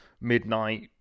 midnight